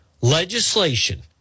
legislation